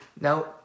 Now